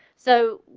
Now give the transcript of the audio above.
so,